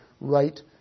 right